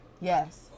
Yes